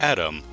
Adam